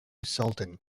sultan